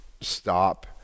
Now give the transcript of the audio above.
stop